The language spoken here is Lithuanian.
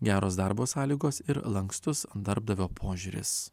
geros darbo sąlygos ir lankstus darbdavio požiūris